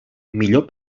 millor